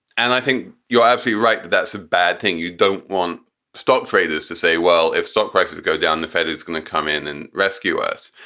and i think you're actually right that that's a bad thing. you don't want stock traders to say, well, if stock prices go down, the fed is going to come in and rescue us.